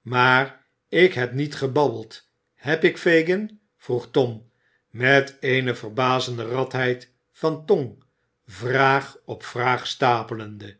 maar ik heb niet gebabbeld heb ik fagin vroeg tom met eene verbazende radheid van tong vraag op vraag stapelende